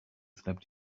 slept